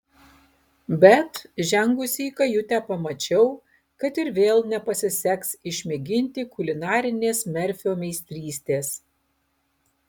bet žengusi į kajutę pamačiau kad ir vėl nepasiseks išmėginti kulinarinės merfio meistrystės